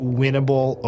winnable